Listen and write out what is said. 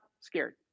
scared